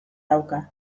dauka